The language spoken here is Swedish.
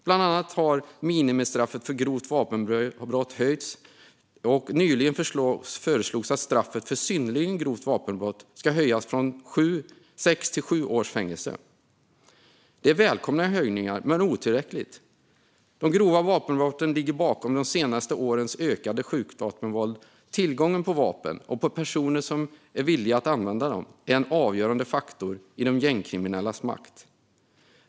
Bland annat har minimistraffet för grovt vapenbrott höjts, och nyligen föreslogs att straffet för synnerligen grovt vapenbrott ska höjas från sex till sju års fängelse. Det är välkomna höjningar, men de är otillräckliga. De grova vapenbrotten ligger bakom de senaste årens ökade skjutvapenvåld. Tillgången på vapen och på personer som är villiga att använda dem är en avgörande faktor när det gäller de gängkriminellas makt.